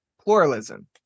pluralism